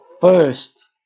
first